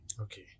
Okay